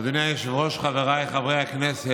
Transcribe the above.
אדוני היושב-ראש, חבריי חברי הכנסת,